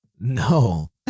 No